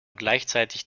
gleichzeitig